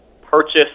purchase